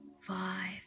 five